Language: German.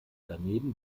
daneben